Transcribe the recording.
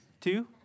Two